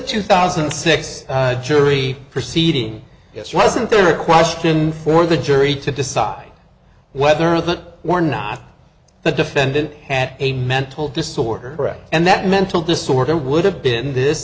two thousand and six jury proceeding yes wasn't there a question for the jury to decide whether the war or not the defendant had a mental disorder and that mental disorder would have been this